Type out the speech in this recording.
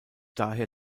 daher